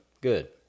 good